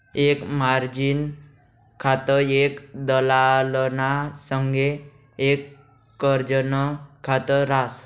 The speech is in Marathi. एक मार्जिन खातं एक दलालना संगे एक कर्जनं खात रास